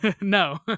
No